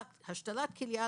השתלת כליה,